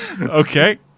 Okay